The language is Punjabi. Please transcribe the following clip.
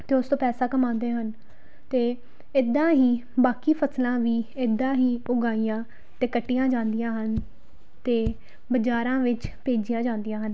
ਅਤੇ ਉਸ ਤੋਂ ਪੈਸਾ ਕਮਾਉਂਦੇ ਹਨ ਅਤੇ ਇੱਦਾਂ ਹੀ ਬਾਕੀ ਫਸਲਾਂ ਵੀ ਇੱਦਾਂ ਹੀ ਉਗਾਈਆਂ ਅਤੇ ਕੱਟੀਆਂ ਜਾਂਦੀਆਂ ਹਨ ਅਤੇ ਬਾਜ਼ਾਰਾਂ ਵਿੱਚ ਭੇਜੀਆਂ ਜਾਂਦੀਆਂ ਹਨ